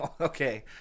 Okay